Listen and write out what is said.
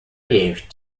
used